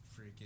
freaking